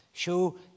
Show